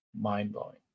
Mind-blowing